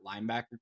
linebacker